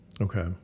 Okay